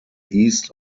east